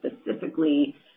specifically